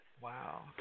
Wow